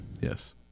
Yes